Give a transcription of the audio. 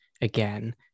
again